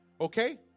Okay